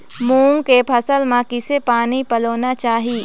मूंग के फसल म किसे पानी पलोना चाही?